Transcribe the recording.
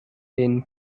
den